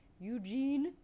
Eugene